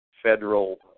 federal